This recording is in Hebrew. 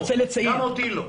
גם אותי לא.